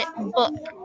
book